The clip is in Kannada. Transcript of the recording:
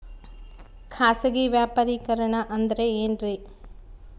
ಖಾಸಗಿ ವ್ಯಾಪಾರಿಕರಣ ಅಂದರೆ ಏನ್ರಿ?